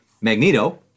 Magneto